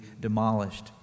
demolished